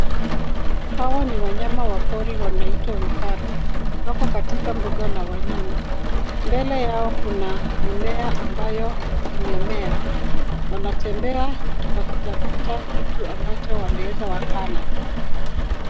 Hawa ni wanyama wa pori wanaitwa vifaru. Wako katika mbuga la wanyama. Mbele yao kuna mimea ambayo imemea. Wanatembea wakitafuta kitu ambacho wanaweza wakala.